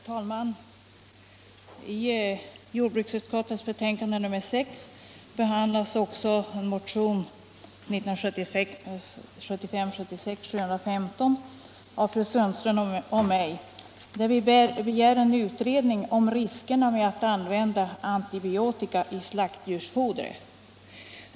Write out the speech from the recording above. Herr talman! I jordbruksutskottets betänkande nr 6 behandlas också motionen 1975/76:1715 av fru Sundström och mig, där vi begär en utredning om riskerna med att använda antibiotika i slaktdjursfoder.